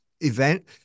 event